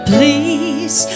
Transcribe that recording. Please